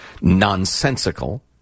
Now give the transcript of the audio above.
nonsensical